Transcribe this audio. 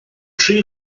tri